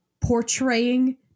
portraying